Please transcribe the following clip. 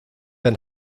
been